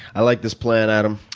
i like this plan, adam.